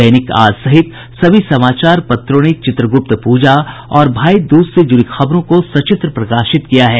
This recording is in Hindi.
दैनिक आज सहित सभी समाचार पत्रों ने चित्रगुप्त पूजा और भाईदूज से जुड़ी खबरों को सचित्र प्रकाशित किया है